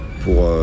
pour